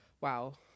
Wow